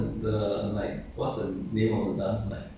don't know leh don't know how to say leh how to describe ah